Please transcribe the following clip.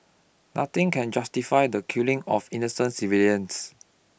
nothing can justify the killing of innocent civilians